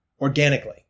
organically